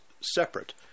separate